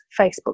Facebook